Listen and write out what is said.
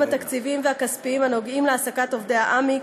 התקציביים והכספיים הנוגעים להעסקת עמ"י,